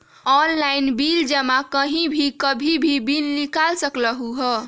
Online bill जमा कहीं भी कभी भी बिल निकाल सकलहु ह?